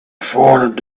foreigner